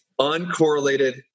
uncorrelated